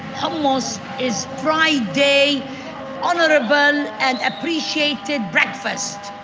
hummus is friday honorable and appreciated breakfast.